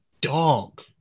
dog